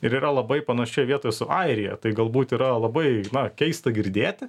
ir yra labai panašioj vietoj su airija tai galbūt yra labai keista girdėti